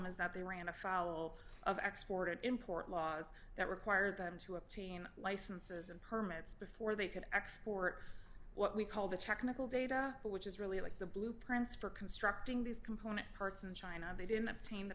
is that they ran afoul of export import laws that require them to a teen licenses and permits before they could export what we call the technical data which is really like the blueprints for constructing these component parts in china they didn't obtain the